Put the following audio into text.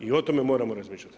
I o tome moramo razmišljati.